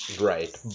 Right